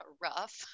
rough